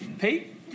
Pete